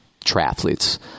triathletes